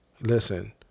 listen